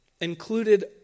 included